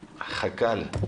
חכ"ל,